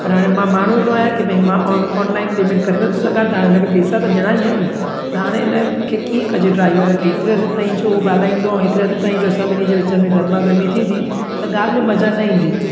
पर हाणे मां माण्हू अहिड़ो आहियां की भाई मां ऑनलाइन पेमेंट करे नथो सघां त हाणे हुन खे पैसा त ॾियणा ई आहिनि न त हाणे इन खे कीअं कजे ड्राइवर खे हेतिरी देर जो ॻाल्हाईंदो एतिरे हद ताईं जो असां ॿिन्ही जे विच में गर्मा गर्मी थींदी त ॻाल्हि में मज़ा न ईंदी